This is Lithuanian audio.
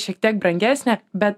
šiek tiek brangesnė bet